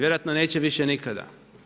Vjerojatno neće više nikada.